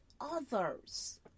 others